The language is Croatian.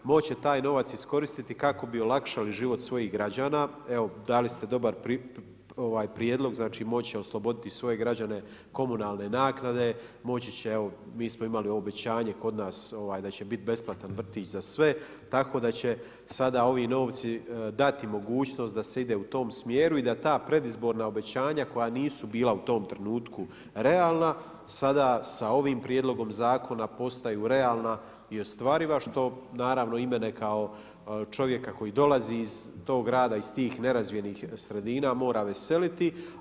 Moći će taj novac iskoristiti kako bi olakšali život svojih građana, evo dali ste dobar prijedlog, znači moći će osloboditi svoje građane komunalne naknade, moći će, evo mi smo imali obećanje kod nas da će biti besplatan vrtić za sve, tako da će sada ovi novci dati mogućnost da se ide u tom smjeru i da ta predizborna obećanja koja nisu bila u tom trenutku realna, sada sa ovim prijedlogom zakona, postaju realna i ostvariva, što naravno i mene, kao čovjeka koji dolazi iz tog grada, iz tih nerazvijenih sredina mora veseliti.